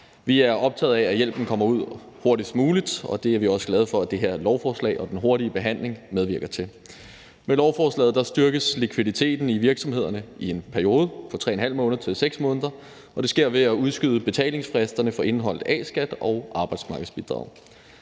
Vi er optaget af, at hjælpen kommer ud hurtigst muligt, og det er vi også glade for at det her lovforslag og den hurtige behandling medvirker til. Med lovforslaget styrkes likviditeten i virksomhederne i en periode på 3½ måned til 6 måneder, og det sker ved at udskyde betalingsfristerne for indeholdt A-skat og arbejdsmarkedsbidrag.